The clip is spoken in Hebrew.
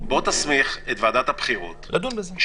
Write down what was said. תסמיך את ועדת הבחירות שיבדקו,